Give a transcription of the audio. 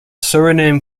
suriname